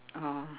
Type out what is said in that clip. oh